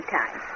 time